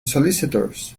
solicitors